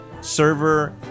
server